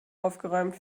aufgeräumt